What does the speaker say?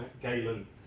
Galen